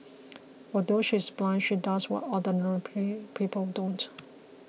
although she is blind she does what ordinary P people don't